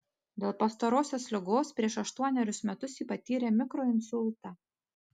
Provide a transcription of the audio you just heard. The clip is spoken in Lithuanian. dėl pastarosios ligos prieš aštuonerius metus ji patyrė mikroinsultą